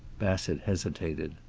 bassett hesitated.